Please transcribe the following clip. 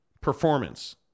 performance